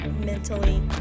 mentally